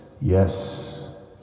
Yes